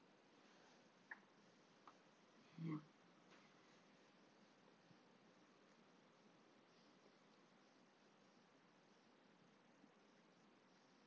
ya